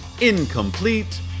Incomplete